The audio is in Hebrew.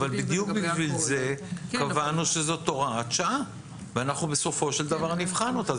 בדיוק בשביל זה קבענו שזאת הוראת שעה ואנחנו בסופו של דבר נבחן אותה.